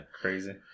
Crazy